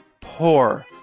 poor